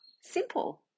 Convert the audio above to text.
Simple